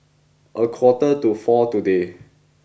a quarter to four today